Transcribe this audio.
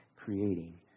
Creating